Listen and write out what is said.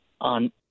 On